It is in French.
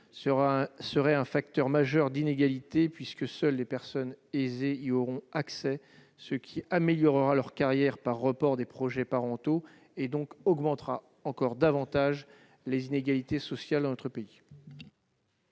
constituerait un facteur majeur d'inégalités. Seules les personnes aisées y auront accès, ce qui améliorera leur carrière par report des projets parentaux et, donc, augmentera encore davantage les inégalités sociales dans notre pays.